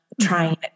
trying